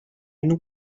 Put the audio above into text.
and